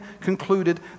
concluded